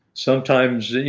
sometimes.